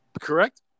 correct